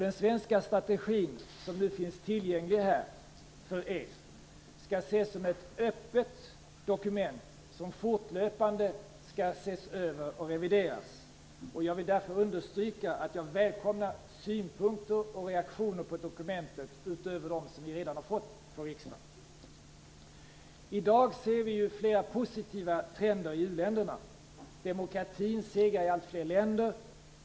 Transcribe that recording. Den svenska strategin som nu finns tillgänglig för er skall ses som ett öppet dokument som fortlöpande skall ses över och revideras. Jag vill därför understryka att jag välkomnar synpunkter och reaktioner på dokumentet utöver dem som jag redan har fått från riksdagen. I dag kan vi se fler positiva trender i u-länderna. Demokratin segrar i allt fler länder.